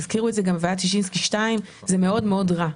הזכירו את זה גם בוועדת ששינסקי 2. זה מאוד רע.